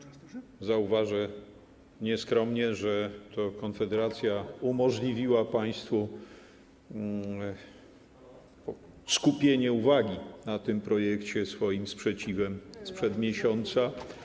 Zauważę nieskromnie, że to Konfederacja umożliwiła państwu skupienie uwagi na tym projekcie swoim sprzeciwem sprzed miesiąca.